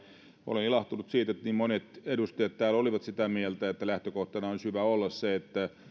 olen ilahtunut siitä että niin monet edustajat täällä olivat sitä mieltä että lähtökohtana olisi hyvä olla se että